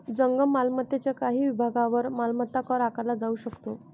जंगम मालमत्तेच्या काही विभागांवर मालमत्ता कर आकारला जाऊ शकतो